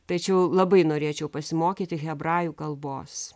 tačiau labai norėčiau pasimokyti hebrajų kalbos